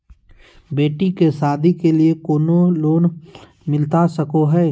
बेटी के सादी के लिए कोनो लोन मिलता सको है?